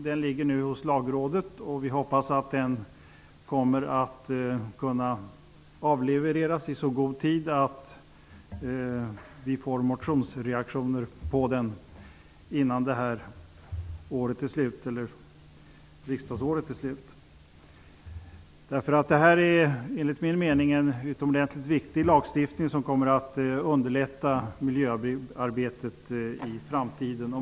Den ligger nu hos lagrådet, och vi hoppas att den kommer att kunna avlevereras i så god tid att vi kan få motionsreaktioner på den före detta riksdagsårs slut. Denna lagstiftning är utomordentligt viktig, och den kommer att underlätta miljöarbetet i framtiden.